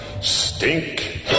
Stink